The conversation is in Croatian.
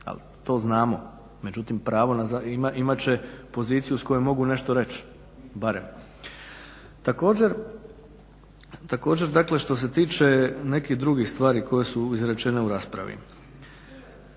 to znamo, međutim pravo na, imat će poziciju s koje mogu nešto reći, barem. Također dakle što se tiče nekih drugih stvari koje su izrečene u raspravi.